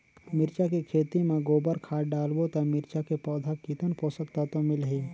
मिरचा के खेती मां गोबर खाद डालबो ता मिरचा के पौधा कितन पोषक तत्व मिलही?